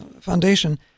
foundation